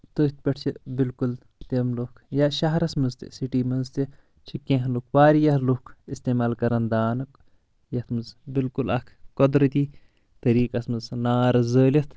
تٔتھۍ پٮ۪ٹھ چھِ بالکُل تِم لُکھ یا شہرس منٛز تہِ سٹی منٛز تہِ چھِ کینٛہہ لُکھ واریاہ لُکھ استعمال کران دانُک یتھ منٛز بالکُل اکھ قۄدرٔتی طٔریقَس منٛز نار زٲلِتھ